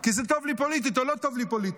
כי זה טוב לי פוליטית או לא טוב לי פוליטית.